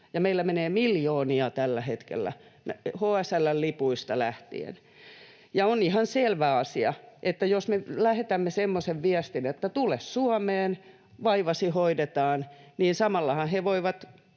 meillä menee miljoonia tällä hetkellä, HSL:n lipuista lähtien. Ja on ihan selvä asia, että jos me lähetämme semmoisen viestin, että tule Suomeen, vaivasi hoidetaan, niin samallahan he voivat